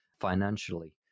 financially